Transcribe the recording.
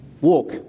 walk